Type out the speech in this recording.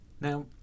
Now